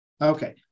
Okay